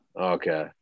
Okay